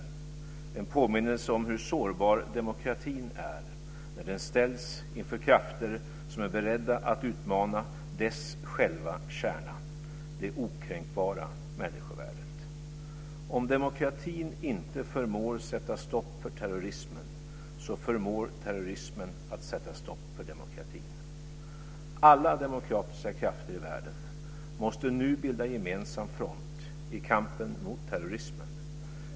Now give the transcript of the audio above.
De blev en påminnelse om hur sårbar demokratin är när den ställs inför krafter som är beredda att utmana dess själva kärna - det okränkbara människovärdet. Om demokratin inte förmår att sätta stopp för terrorismen, så förmår terrorismen att sätta stopp för demokratin. Alla demokratiska krafter i världen måste nu bilda gemensam front i kampen mot terrorismen.